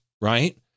Right